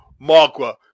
Magua